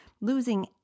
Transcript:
losing